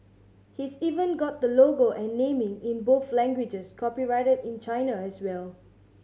he's even got the logo and naming in both languages copyrighted in China as well